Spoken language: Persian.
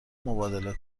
مبادله